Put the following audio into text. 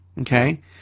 Okay